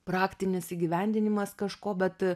praktinis įgyvendinimas kažko bet